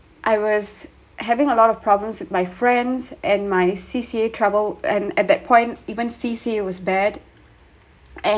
I was having a lot of problems with my friends and my C_C_A trouble and at that point even C_C_A was bad and